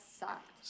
sucked